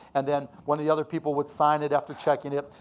and then one of the other people would sign it after checking it,